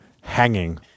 hanging